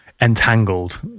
entangled